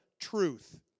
truth